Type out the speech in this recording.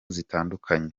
zitandukanye